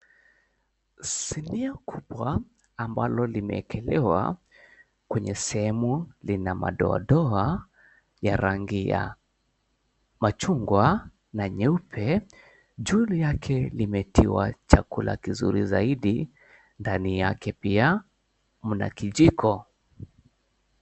Sinia kubwa, ambalo limeekelewa kwenye sehemu lina madoadoa ya rangi ya mchungwa na nyeupe. Juu yake limetiwa chakula kizuri zaidi. Ndani yake pia mna kiijiko.